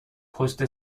پست